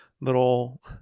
little